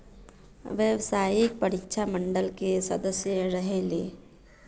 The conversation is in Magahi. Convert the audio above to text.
व्यावसायिक परीक्षा मंडल के सदस्य रहे ली?